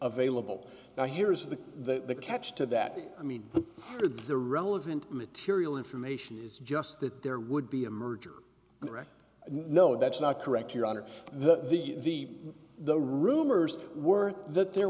available now here's the catch to that i mean the relevant material information is just that there would be a merger correct no that's not correct your honor the the the rumors were that there